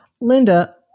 Linda